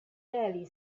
barely